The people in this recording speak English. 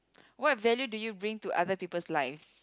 what value do you bring to other people's lives